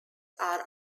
are